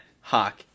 Hawk